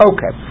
Okay